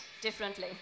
differently